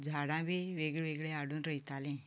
झाडां बी वेगवेगळीं हाडून रोयतालें